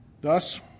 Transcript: thus